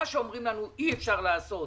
את מה שאומרים לנו שאי אפשר לעשות